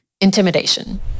intimidation